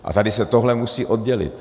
A tady se tohle musí oddělit.